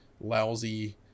lousy